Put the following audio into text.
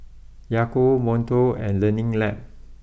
Yakult Monto and Learning Lab